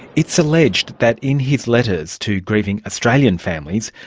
it's alleged that in his letters to grieving australian families,